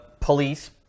police